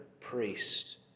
priest